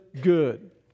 good